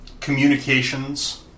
communications